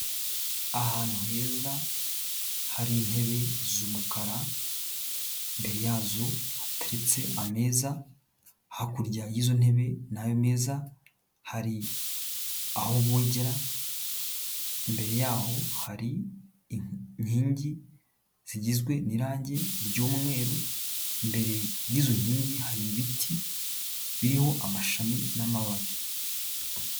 Ahantu heza hari intebe z'umukara, imbere yazo hateretse ameza, hakurya y'izo ntebe ni ameza hari aho bogera, imbere yaho hari inkingi zigizwe n'irangi ry'umweru, imbere y'izo nkingi hari ibiti biriho amashami n'amababi.